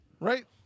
Right